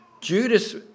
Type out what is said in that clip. Judas